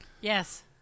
Yes